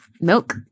milk